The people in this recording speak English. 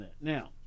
Now